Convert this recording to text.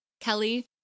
Kelly